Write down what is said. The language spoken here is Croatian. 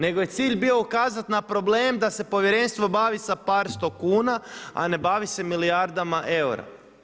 Nego je cilj bio ukazati na problem da se povjerenstvo bavi sa par sto kuna a ne bavi se milijardama eura.